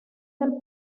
del